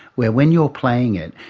where when you're playing it,